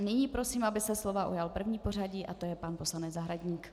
Nyní prosím, aby se slova ujal první v pořadí, a to je pan poslanec Zahradník.